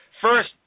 First